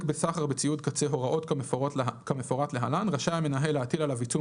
בסחר בציוד קצה הוראות כמפורט להלן רשאי המנהל להטיל עליו עיצום